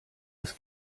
des